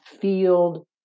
field